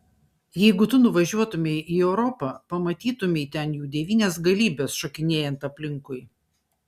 jeigu tu nuvažiuotumei į europą pamatytumei ten jų devynias galybes šokinėjant aplinkui